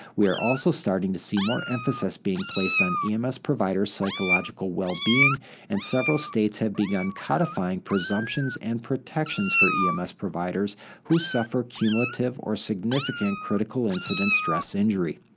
we are also starting to see more emphasis being placed on ems provider psychological wellbeing and several states have begun codifying presumptions and protections for ems providers who suffer cumulative or significant critical incident stress injury.